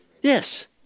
Yes